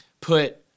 put